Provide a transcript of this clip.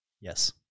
yes